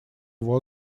его